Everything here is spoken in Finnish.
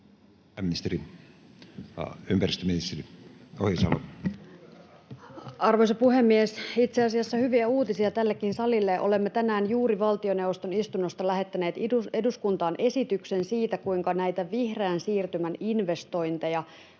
Arvoisa puhemies! Itse asiassa hyviä uutisia tällekin salille: olemme tänään juuri valtioneuvoston istunnosta lähettäneet eduskuntaan esityksen siitä, kuinka näitä vihreän siirtymän investointeja